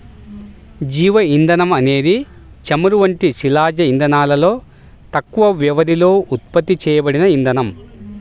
జీవ ఇంధనం అనేది చమురు వంటి శిలాజ ఇంధనాలలో తక్కువ వ్యవధిలో ఉత్పత్తి చేయబడిన ఇంధనం